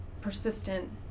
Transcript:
persistent